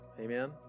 amen